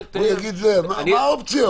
מה האופציות?